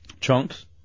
Chunks